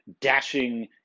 Dashing